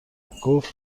گفت